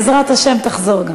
בעזרת השם גם תחזור.